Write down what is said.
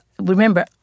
Remember